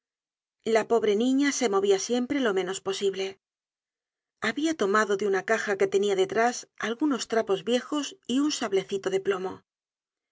la pobre niña se movia siempre lo menos posible habia tomado de una caja que tenia detrás algunos trapos viejos y un sablecito de plomo